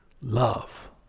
love